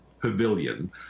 Pavilion